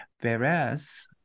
whereas